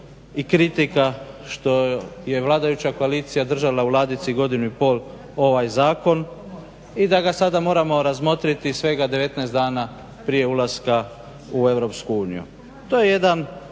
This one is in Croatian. i kritika što je vladajuća koalicija držala u ladici godinu i pol ovaj zakon i da ga sada moramo razmotriti svega 19 dana prije ulaska u EU. To je